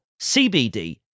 CBD